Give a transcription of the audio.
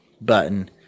button